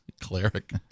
cleric